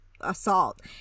assault